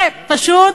ופשוט